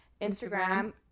instagram